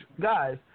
guys